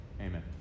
Amen